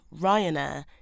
Ryanair